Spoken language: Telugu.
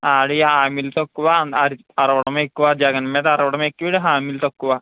వాడి హామీలు తక్కువ అ అరవడం ఎక్కువ జగన్ మీద అరవడం ఎక్కువ ఈడ హామీలు తక్కువ